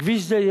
כביש זה,